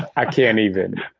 i can't even